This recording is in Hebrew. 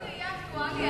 אם זה יהיה אקטואלי,